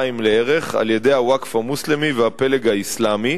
לערך על-ידי הווקף המוסלמי והפלג האסלאמי,